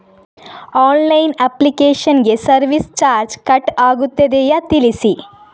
Online application ಗೆ service charge cut ಆಗುತ್ತದೆಯಾ ತಿಳಿಸಿ?